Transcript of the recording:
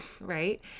right